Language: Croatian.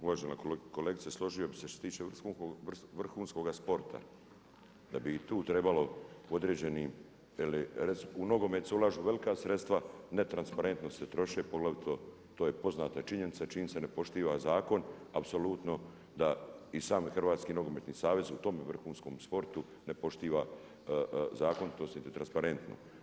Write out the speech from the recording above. Uvažena kolegice, složio bih se što se tiče vrhunskoga sporta da bi i tu trebalo u određenim jel u nogomet se ulažu velika sredstva, netransparentno se troše poglavito to je poznata činjenica jer činjenica ne poštiva zakon apsolutno da i sam Hrvatski nogometni savez u tom vrhunskom sportu ne poštiva zakon … transparentno.